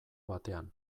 batean